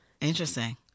Interesting